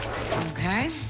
Okay